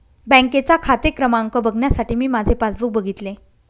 बँकेचा खाते क्रमांक बघण्यासाठी मी माझे पासबुक बघितले